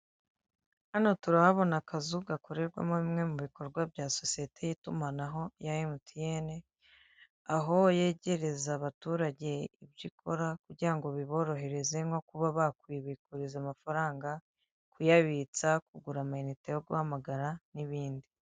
Hano turahabona akazu gakorerwamo bimwe mu bikorwa bya sosiyete y'itumanaho ya Emutiyeni, aho yegereza abaturage ibyo ikora kugira ngo biborohereze nko kuba bakwibikuriza amafaranga, kuyabitsa, kugura amayinite yo guhamagara n'ibindi.